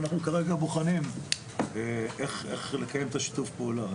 אנחנו כרגע בוחנים איך לקיים את השיתוף פעולה.